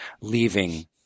leaving